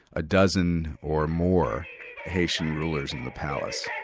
a dozen or more haitian rulers in the palace.